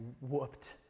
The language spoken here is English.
whooped